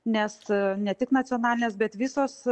nes ne tik nacionalinės bet visos